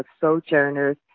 sojourners